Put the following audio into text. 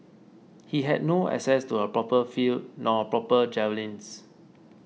he had no access to a proper field nor proper javelins